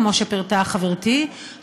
כמו שפירטה חברתי,